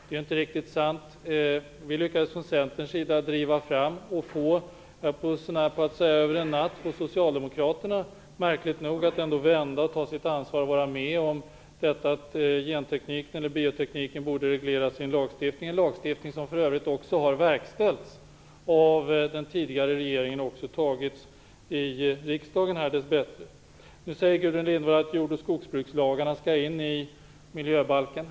Det är inte riktigt sant. Vi i Centern lyckades märkligt nog driva fram - och över en natt, höll jag på att säga, få Socialdemokraterna att vända, att ta sitt ansvar och att vara med på att biotekniken borde regleras i - en lagstiftning, en lagstiftning som dess bättre har antagits av riksdagen och som för övrigt har verkställts av den tidigare regeringen. Gudrun Lindvall säger också att jord och skogsbrukslagarna skall in i miljöbalken.